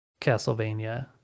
Castlevania